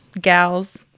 gals